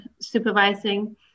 supervising